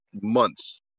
months